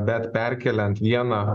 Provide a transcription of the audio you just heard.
bet perkeliant vieną